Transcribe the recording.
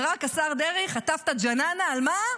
ורק השר דרעי חטף את הג'ננה, על מה?